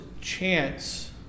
chance